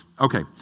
Okay